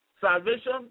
Salvation